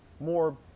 more